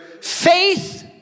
faith